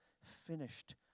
finished